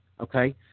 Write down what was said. okay